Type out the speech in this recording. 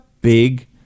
big